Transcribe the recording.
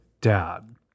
dad